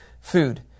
food